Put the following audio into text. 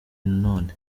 nanone